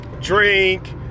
drink